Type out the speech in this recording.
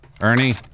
Ernie